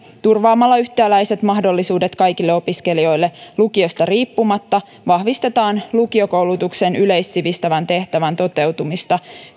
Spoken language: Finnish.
turvaamalla yhtäläiset mahdollisuudet kaikille opiskelijoille lukiosta riippumatta vahvistetaan lukiokoulutuksen yleissivistävän tehtävän toteutumista